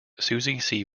susie